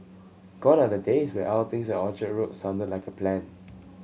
gone are the days when outings at Orchard Road sounded like a plan